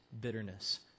bitterness